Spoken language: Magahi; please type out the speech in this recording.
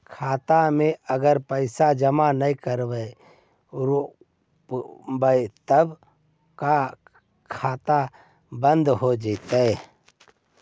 खाता मे अगर पैसा जमा न कर रोपबै त का होतै खाता बन्द हो जैतै?